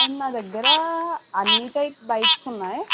నా దగ్గరా అన్ని టైప్ బైక్స్ ఉన్నాయి